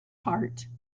heart